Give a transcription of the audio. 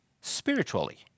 spiritually